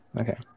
Okay